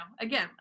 again